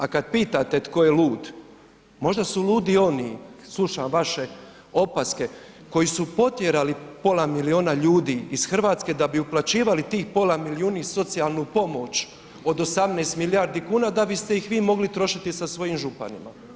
A kad pitate tko je lud, možda su ludi oni, slušam vaše opaske koji su potjerali pola milijuna ljudi iz Hrvatske da bi uplaćivali tih pola milijuna socijalnu pomoć od 18 milijardi kuna da bi ste ih vi mogli trošiti sa svojim županima.